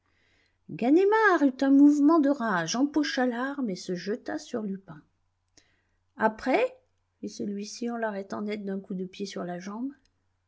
eut un mouvement de rage empocha l'arme et se jeta sur lupin après fit celui-ci en l'arrêtant net d'un coup de pied sur la jambe